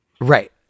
Right